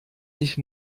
sich